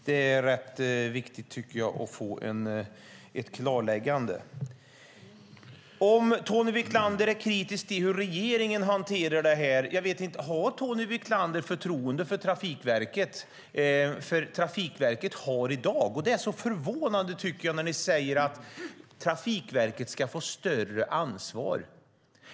Det är rätt viktigt, tycker jag, att få ett klarläggande. Tony Wiklander är kritisk till hur regeringen hanterar det här. Har Tony Wiklander förtroende för Trafikverket? Det är förvånande, tycker jag, när ni säger att Trafikverket ska få större ansvar.